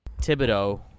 Thibodeau